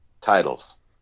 titles